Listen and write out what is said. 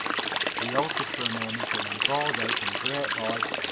he halted for a moment and then bawled out in a great voice,